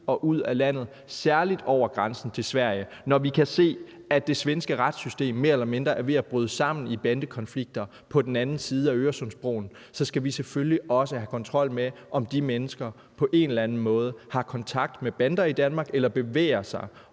og ud af landet, særlig over grænsen til Sverige. Når vi kan se, at det svenske retssystem mere eller mindre er ved at bryde sammen på grund af bandekonflikter på den anden side af Øresundsbroen, så skal vi selvfølgelig også have kontrol med, om de mennesker på en eller anden måde har kontakt med bander i Danmark eller bevæger sig